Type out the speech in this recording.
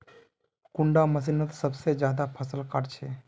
कुंडा मशीनोत सबसे ज्यादा फसल काट छै?